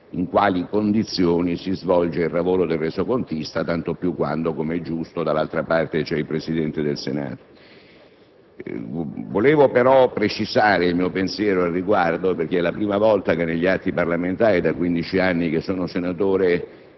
in quali condizioni si svolge il lavoro del resocontista tanto più quando, come è giusto, dall'altra parte c'è il Presidente del Senato. Vorrei, però, precisare il mio pensiero al riguardo, perché è la prima volta che negli atti parlamentari - da quindici anni che sono senatore